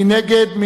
מי נגד?